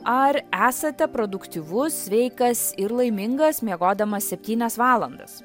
ar esate produktyvus sveikas ir laimingas miegodamas septynias valandas